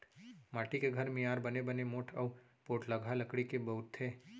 माटी के घर मियार बर बने मोठ अउ पोठलगहा लकड़ी ल बउरथे